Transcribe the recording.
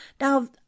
Now